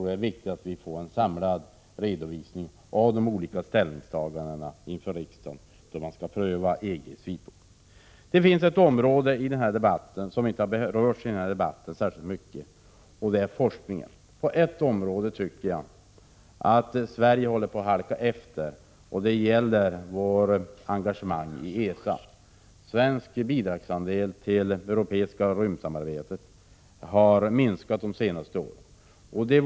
Det är viktigt att vi får en samlad redovisning inför riksdagen av de olika ställningstagandena när man prövar EG-frågan. Det finns ett område som inte berörts särskilt mycket i denna debatt — forskningen. Jag tycker att Sverige håller på att halka efter vad gäller engagemanget i ESA. Svenskt bidrag till det europeiska rymdsamarbetet har minskat under de senaste åren.